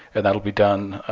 and that'll be done